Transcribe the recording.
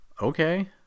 okay